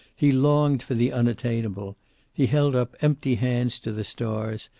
he longed for the unattainable he held up empty hands to the stars,